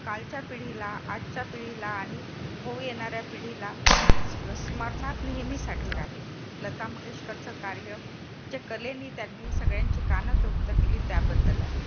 कालच्या पिढीला आजच्या पिढीला आणि होऊ येणाऱ्या पिढीला स् स्मरणात नेहमीसाठी राहिल लता मंगेशकरचं कार्य जे कलेनी त्यांनी सगळ्यांची कान तृप्त केली त्याबद्दल आहेत